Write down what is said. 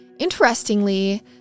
Interestingly